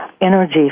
energy